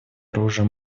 оружия